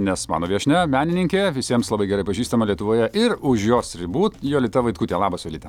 nes mano viešnia menininkė visiems labai gerai pažįstama lietuvoje ir už jos ribų jolita vaitkutė labas jolita